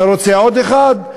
אתה רוצה עוד אחת?